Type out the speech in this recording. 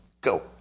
Go